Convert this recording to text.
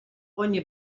oni